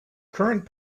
current